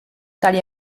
tali